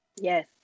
Yes